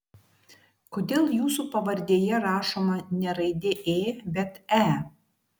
kodėl jūsų pavardėje rašoma ne raidė ė bet e